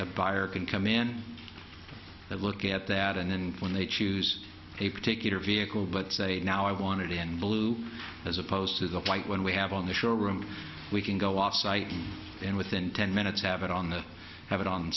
a buyer can come in that look at that and then when they choose a particular vehicle but say now i wanted to end the loop as opposed to the light when we have on the showroom we can go offsite and within ten minutes have it on the have it on